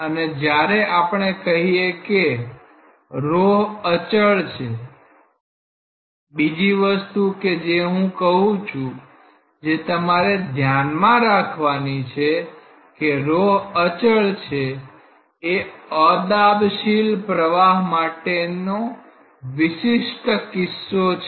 અને જ્યારે આપણે કહીએ કે ρ અચળ છે બીજી વસ્તુ કે જે હું કહું છું જે તમારે ધ્યાનમાં રાખવાની છે કે ρ અચળ છે એ અદાબશીલ પ્રવાહ માટેની વીશીષ્ટ કિસ્સો છે